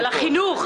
על החינוך.